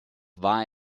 war